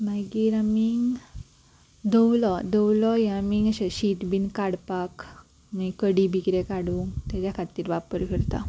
मागीर आमी दवलो दवलो हे आमी अशें शीत बीन काडपाक कडी बी कितें काडूंक तेज्या खातीर वापर करता